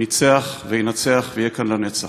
ניצח וינצח ויהיה כאן לנצח.